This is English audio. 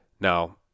Now